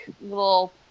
little